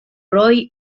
roy